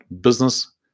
Business